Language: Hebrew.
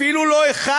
אפילו לא אחד.